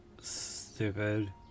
stupid